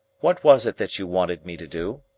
what was it that you wanted me to do?